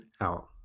out